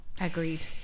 Agreed